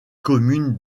communes